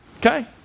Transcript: Okay